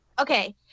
Okay